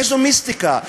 איזו מיסטיקה.